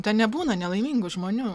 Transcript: ten nebūna nelaimingų žmonių